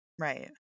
right